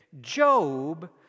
Job